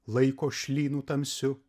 laiko šlynu tamsiu